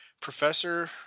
professor